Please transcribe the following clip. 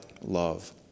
love